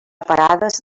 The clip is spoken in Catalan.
parades